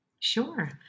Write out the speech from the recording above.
Sure